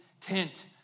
tent